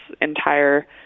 entire